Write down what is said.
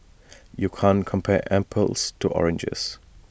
you can't compare apples to oranges